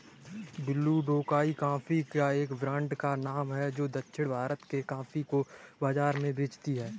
blue Tokai coffee के एक brand का नाम है जो दक्षिण भारत के कॉफी को बाजार में बेचती है